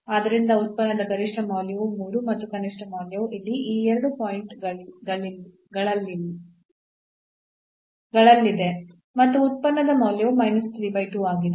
ಆದ್ದರಿಂದ ಉತ್ಪನ್ನದ ಗರಿಷ್ಠ ಮೌಲ್ಯವು 3 ಮತ್ತು ಕನಿಷ್ಠ ಮೌಲ್ಯವು ಇಲ್ಲಿ ಈ ಎರಡು ಪಾಯಿಂಟ್ ಗಳಲ್ಲಿದೆ ಅಥವಾ ಉತ್ಪನ್ನದ ಮೌಲ್ಯವು ಆಗಿದೆ